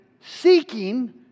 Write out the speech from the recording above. seeking